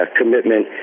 commitment